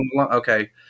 Okay